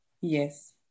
Yes